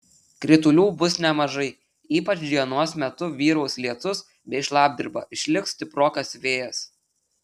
kritulių bus nemažai ypač dienos metu vyraus lietus bei šlapdriba išliks stiprokas vėjas